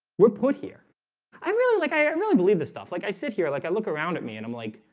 we're put here i really? like i really believe this stuff like i sit here like i look around at me and i'm like,